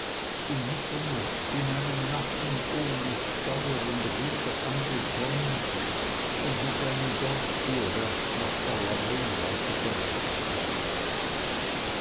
um mitternacht in einem nachen ohne steuer und ruder angekommen und mit einem dorffuhrwerk nach erlabrunn weitergereiset sei